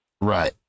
Right